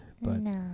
No